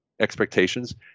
expectations